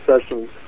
sessions